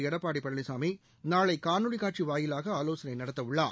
எடப்பாடி பழனிசாமி நாளை காணொலி காட்சி வாயிலாக ஆவோசனை நடத்த உள்ளார்